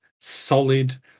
solid